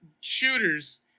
shooters